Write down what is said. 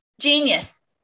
Genius